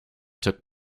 took